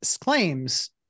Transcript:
claims